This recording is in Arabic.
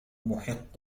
محق